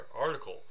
article